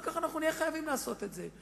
ואחר כך נהיה חייבים לעשות את זה.